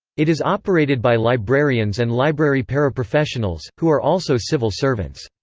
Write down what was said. it is operated by librarians and library paraprofessionals, who are also civil servants.